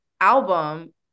album